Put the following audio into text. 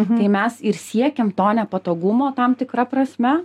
tai mes ir siekiam to nepatogumo tam tikra prasme